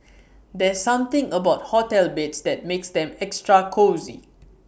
there's something about hotel beds that makes them extra cosy